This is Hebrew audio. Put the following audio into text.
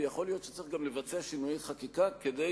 ויכול להיות שצריך גם לבצע שינויי חקיקה כדי